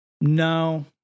No